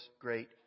great